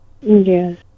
Yes